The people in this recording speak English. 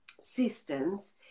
systems